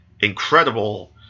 incredible